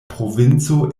provinco